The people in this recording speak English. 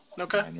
Okay